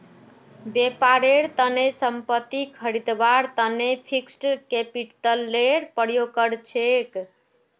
व्यापारेर तने संपत्ति खरीदवार तने फिक्स्ड कैपितलेर प्रयोग कर छेक